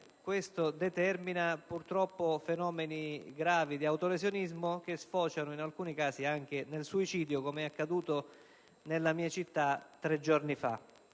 Questo determina purtroppo fenomeni gravi di autolesionismo, che sfociano in alcuni casi anche nel suicidio, com'è accaduto nella mia città tre giorni fa.